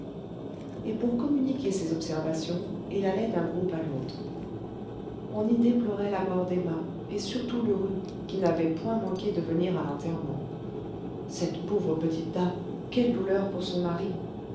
et pour communiquer ses observations il allait d'un groupe à l'autre on y déplorait la mort d'emma et surtout lheureux qui n'avait point manqué de venir à l'enterrement cette pauvre petite dame quelle douleur pour son mari